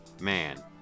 man